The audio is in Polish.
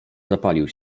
zapalił